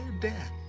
death